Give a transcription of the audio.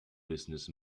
business